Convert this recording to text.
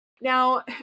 now